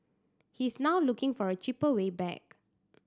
he is now looking for a cheaper way back